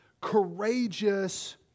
courageous